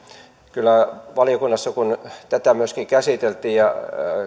valiokunnassa kun tätä myöskin käsiteltiin ja